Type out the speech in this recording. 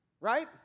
right